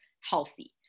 healthy